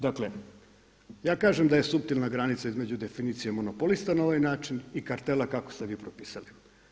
Dakle, ja kažem da je suptilna granica između definicije monopolista na ovaj način i kartela kako ste vi propisali.